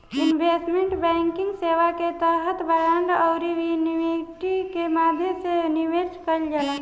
investment banking सेवा के तहत बांड आउरी इक्विटी के माध्यम से निवेश कईल जाला